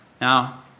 Now